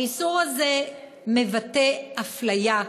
האיסור הזה מבטא אפליה,